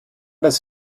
das